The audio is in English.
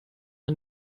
and